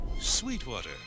Sweetwater